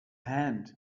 hand